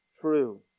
true